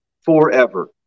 forever